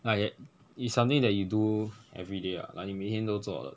like that is something that you do everyday ah like 你每天都做的